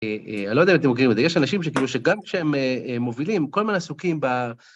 לא יודע אם אתם מכירים את זה, יש אנשים שכאילו שגם כשהם מובילים, כל הזמן עסוקים בהר...